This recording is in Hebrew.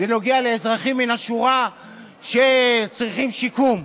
זה נוגע לאזרחים מן השורה שצריכים שיקום.